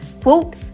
Quote